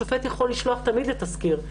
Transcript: שופט יכול לשלוח תמיד לתסקיר,